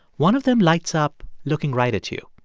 one of them lights up looking right at you.